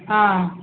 ஆ